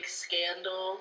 scandal